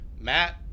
matt